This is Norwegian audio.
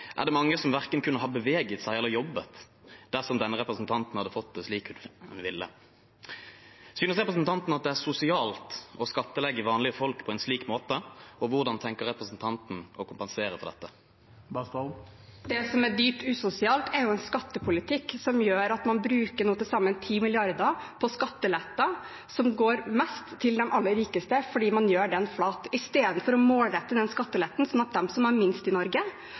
er det mange som verken kunne ha beveget seg eller jobbet dersom representanten hadde fått det slik hun ville. Synes representanten det er sosialt å skattlegge vanlige folk på en slik måte, og hvordan tenker representanten å kompensere for dette? Det som er dypt usosialt, er en skattepolitikk som gjør at man nå bruker til sammen 10 mrd. kr på skattelette som går mest til de aller rikeste, fordi man gjør den flat istedenfor å målrette skatteletten. De som har minst i Norge